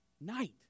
night